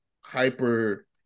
hyper